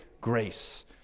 grace